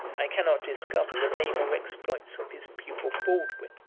i cannot discover the name or exploits of his pupil baldwin,